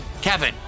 Kevin